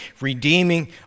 redeeming